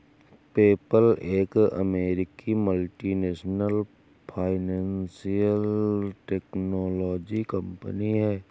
PayPal एक अमेरिकी multinational financial technology company है